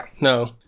No